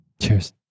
Cheers